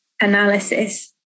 analysis